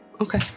Okay